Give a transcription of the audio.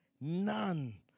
none